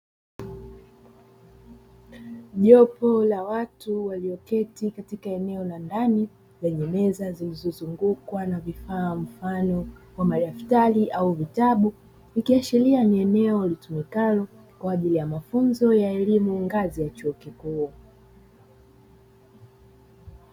Jopo la watu walioketi katika eneo la ndani kwenye meza zilizozungukwa na mfano wa madaftari au vitabu, ikiashiria ni eneo litumikalo kwa ajili ya mafunzo ya elimu ngazi ya chuo kikuu.